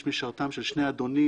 יש משרתם של שני אדונים,